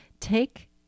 Take